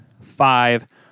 five